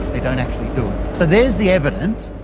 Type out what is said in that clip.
they don't actually do it. so there is the evidence.